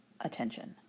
attention